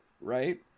Right